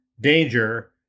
danger